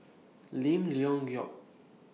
Lim Leong Geok